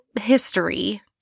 history